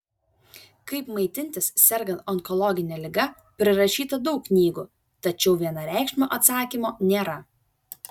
kaip maitintis sergant onkologine liga prirašyta daug knygų tačiau vienareikšmio atsakymo nėra